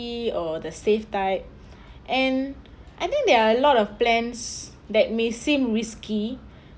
or the safe type and I think there are a lot of plans that may seem risky